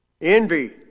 Envy